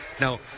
now